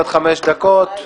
התייעצות סיעתית בת חמש דקות.